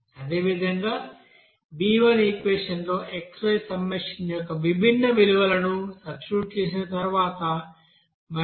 అదేవిధంగా b1 ఈక్వెషన్లో xy summation యొక్క విభిన్న విలువలను సబ్స్టిట్యూట్ చేసిన తర్వాత 0